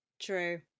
true